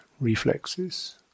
reflexes